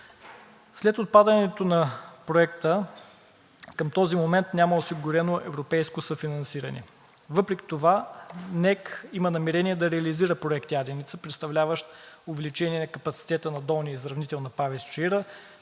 След отпадането на Проекта към този момент няма осигурено европейско съфинансиране. Въпреки това НЕК има намерение да реализира Проект „Яденица“, представляващ увеличение на капацитета на долния изравнител на ПАВЕЦ